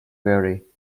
belly